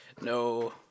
No